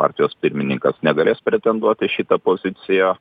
partijos pirmininkas negalės pretenduoti į šitą poziciją